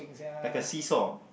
like a see saw